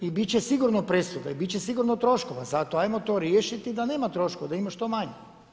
I bit će sigurno presuda i bit će sigurno troškova, zato ajmo to riješiti da nema troškova da ima što manje.